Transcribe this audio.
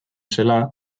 zela